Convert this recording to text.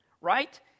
right